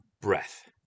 breath